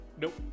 Nope